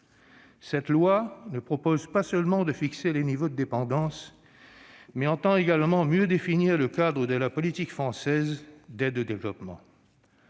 Cette loi ne prévoit pas seulement de fixer les niveaux de dépenses. Elle tend également à mieux définir le cadre de la politique française d'aide au développement.